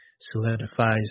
solidifies